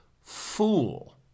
Fool